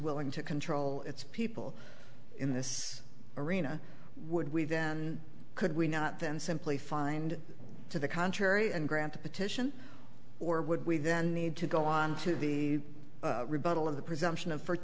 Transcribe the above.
willing to control its people in this arena would we then could we not then simply find to the contrary and grant a petition or would we then need to go on to the rebuttal of the presumption of for